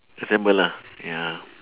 assemble lah ya